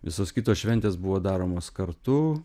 visos kitos šventės buvo daromos kartu